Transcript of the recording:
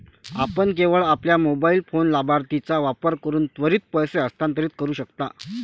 आपण केवळ आपल्या मोबाइल फोन लाभार्थीचा वापर करून त्वरित पैसे हस्तांतरित करू शकता